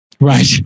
Right